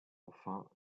enfin